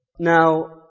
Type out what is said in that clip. Now